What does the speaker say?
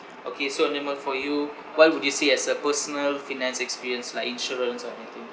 okay so nema for you what would you say as a personal finance experience like insurance or anything